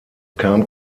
kam